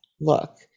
look